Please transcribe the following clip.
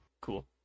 cool